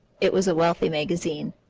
it was a wealthy magazine.